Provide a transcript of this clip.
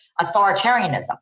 authoritarianism